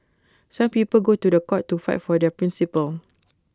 some people go to The Court to fight for their principles